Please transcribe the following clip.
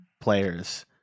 players